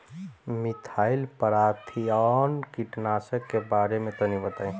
Methyl parathion कीटनाशक के बारे में तनि बताई?